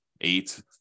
eight